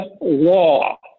law